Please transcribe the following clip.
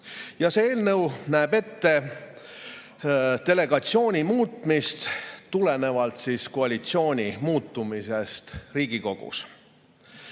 ja see eelnõu näeb ette delegatsiooni muutmist tulenevalt koalitsiooni muutumisest Riigikogus.